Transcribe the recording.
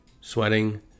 sweating